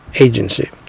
Agency